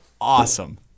Awesome